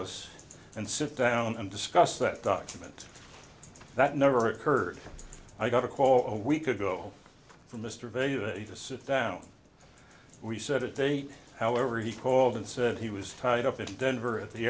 us and sit down and discuss that document that never occurred i got a call a week ago from mr vega a to sit down we set a date however he called and said he was tied up in denver at the